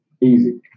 Easy